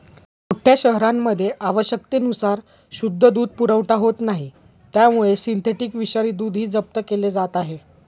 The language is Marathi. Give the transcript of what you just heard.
मोठ्या शहरांमध्ये आवश्यकतेनुसार शुद्ध दूध पुरवठा होत नाही त्यामुळे सिंथेटिक विषारी दूधही जप्त केले जात आहे